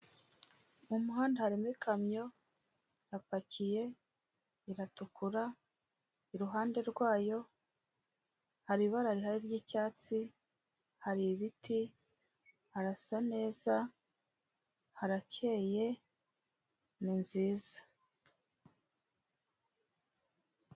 Mu muhanda harimo ikamyo, irapakiye, iratukura, iruhande rwayo hari ibara rihari ry'icyatsi, hari ibiti, arasa neza, harakeye ni nziza.